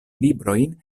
librojn